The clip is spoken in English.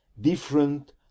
different